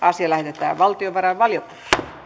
asia lähetetään valtiovarainvaliokuntaan